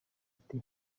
ati